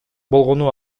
болгону